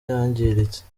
yangiritse